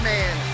Man